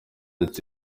ati